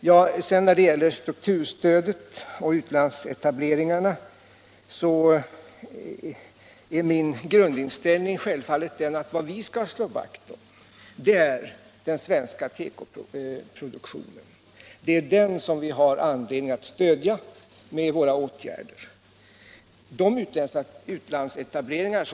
När det sedan gäller strukturstödet och utlandsetableringarna har jag självfallet min grundinställning klar.